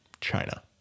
China